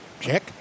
Check